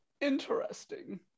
interesting